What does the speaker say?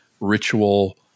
ritual